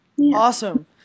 Awesome